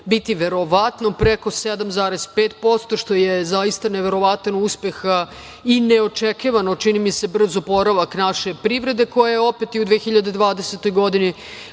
biti verovatno preko 7,5%, što je zaista neverovatan uspeh i neočekivano, čini mi se, brz oporavak naše privrede, koja je opet i u 2020. godini